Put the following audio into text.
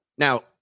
Now